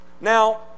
Now